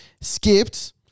Skipped